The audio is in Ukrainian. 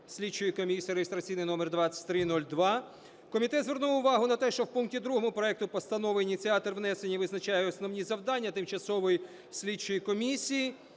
слідчої комісії (реєстраційний номер 2302). Комітет звернув увагу на те, що в пункті другому проекту постанови ініціатор внесення визначає основні завдання Тимчасової слідчої комісії,